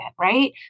right